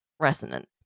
resonant